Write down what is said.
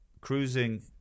Cruising